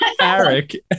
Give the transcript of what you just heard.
Eric